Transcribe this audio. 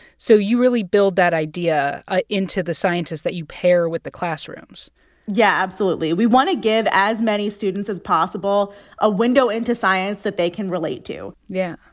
so you really build that idea ah into the scientists that you pair with the classrooms yeah, absolutely. we want to give as many students as possible a window into science that they can relate to yeah,